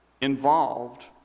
involved